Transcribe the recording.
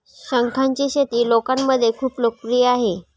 शंखांची शेती लोकांमध्ये खूप लोकप्रिय आहे